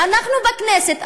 ואנחנו בכנסת,